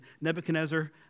Nebuchadnezzar